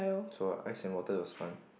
so ice and water was fun